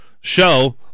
show